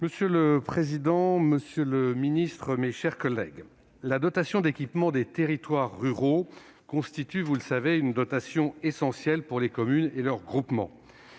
Monsieur le président, monsieur le secrétaire d'État, mes chers collègues, la dotation d'équipement des territoires ruraux constitue, vous le savez, une dotation essentielle pour les communes et leurs groupements.